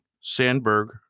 Sandberg